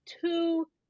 two